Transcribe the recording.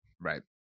Right